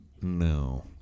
No